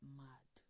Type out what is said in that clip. mad